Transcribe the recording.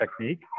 technique